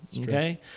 okay